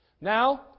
Now